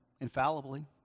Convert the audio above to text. Infallibly